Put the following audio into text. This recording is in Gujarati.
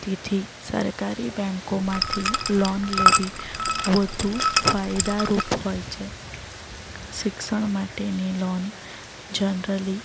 તેથી સરકારી બેંકોમાંથી લોન લેવી વધુ ફાયદારૂપ હોય છે શિક્ષણ માટેની લોન જનરલી